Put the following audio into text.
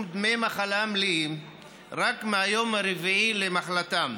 דמי מחלה מלאים רק מהיום הרביעי למחלתם.